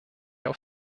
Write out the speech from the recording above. auf